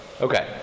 Okay